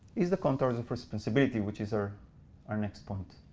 is the contours of responsibility, which is our our next point.